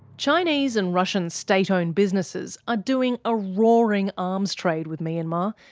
chinese and russian state-owned businesses are doing a roaring arms trade with myanmar.